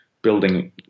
Building